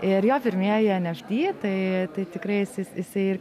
ir jo pirmieji en ef tį tai tai tikrais jis jisai